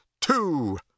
two